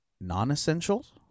non-essentials